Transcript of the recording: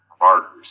martyrs